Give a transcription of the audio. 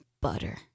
butter